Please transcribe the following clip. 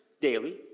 daily